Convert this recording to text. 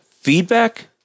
feedback